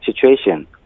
situation